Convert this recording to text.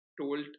Told